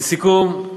לסיכום,